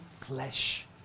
flesh